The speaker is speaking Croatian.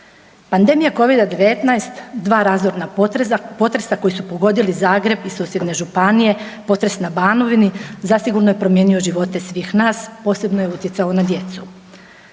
Pandemija covida 19, dva razorna potresa koji su pogodili Zagreb i susjedne županije, potres na Banovini zasigurno je promijenio živote svih nas, posebno je utjecao na djecu.